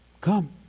come